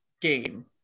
game